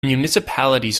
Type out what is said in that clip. municipalities